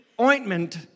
ointment